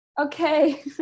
Okay